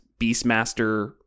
Beastmaster